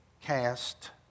cast